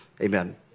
Amen